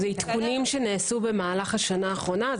זה עדכונים שנעשו במהלך השנה האחרונה.